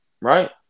right